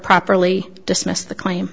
properly dismissed the claim